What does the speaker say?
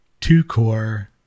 two-core